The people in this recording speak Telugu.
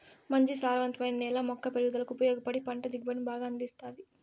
మంచి సారవంతమైన నేల మొక్క పెరుగుదలకు ఉపయోగపడి పంట దిగుబడిని బాగా అందిస్తాది